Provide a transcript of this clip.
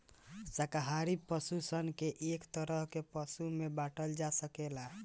शाकाहारी पशु सन के एक तरह के पशु में बाँटल जा सकेला